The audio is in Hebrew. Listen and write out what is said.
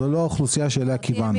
זאת לא האוכלוסייה אליה כיוונו.